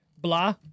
blah